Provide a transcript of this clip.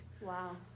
Wow